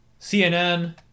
CNN